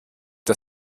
der